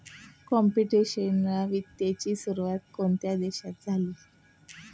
Computational वित्ताची सुरुवात कोणत्या देशात झाली?